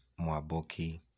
Mwaboki